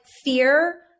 fear